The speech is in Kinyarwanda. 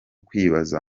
kwibaza